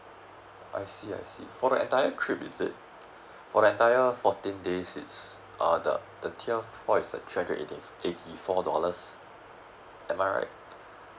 I see I see for the entire trip is it for the entire fourteen days it's uh the tier four is twenty eighteen eighty four dollars am I right